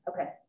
Okay